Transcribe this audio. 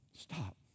stop